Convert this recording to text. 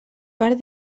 part